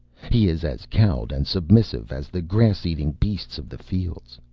he is as cowed and submissive as the grass-eating beast of the fields.